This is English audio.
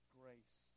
grace